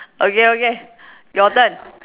okay okay your turn